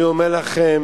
אני אומר לכם,